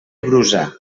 brusa